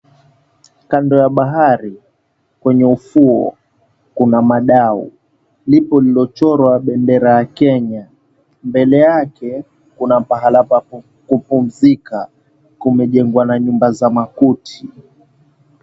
Kando ya bahari kwenye ufuo kuna madau, lipo lililochorwa bendera ya Kenya, mbele yake kuna pahala pa kupumzika kumejengwa na nyumba za makuti.